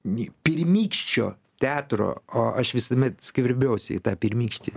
ni pirmykščio teatro o aš visuomet skverbiausi į tą pirmykštį